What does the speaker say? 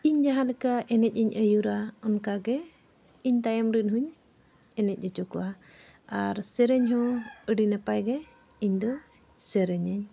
ᱤᱧ ᱡᱟᱦᱟᱸ ᱞᱮᱠᱟ ᱮᱱᱮᱡ ᱤᱧ ᱟᱹᱭᱩᱨᱟ ᱚᱱᱠᱟ ᱜᱮ ᱤᱧ ᱛᱟᱭᱚᱢ ᱨᱮᱱ ᱦᱚᱧ ᱮᱱᱮᱡ ᱦᱚᱪᱚ ᱠᱚᱣᱟ ᱟᱨ ᱥᱮᱨᱮᱧ ᱦᱚᱸ ᱟᱹᱰᱤ ᱱᱟᱯᱟᱭ ᱜᱮ ᱤᱧᱫᱚ ᱥᱮᱨᱮᱧᱟᱹᱧ